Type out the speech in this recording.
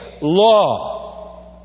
Law